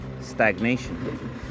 stagnation